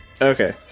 Okay